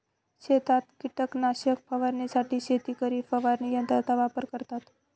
शेतात कीटकनाशक फवारण्यासाठी शेतकरी फवारणी यंत्राचा वापर करतात